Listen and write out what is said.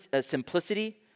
simplicity